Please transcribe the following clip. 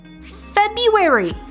February